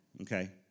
okay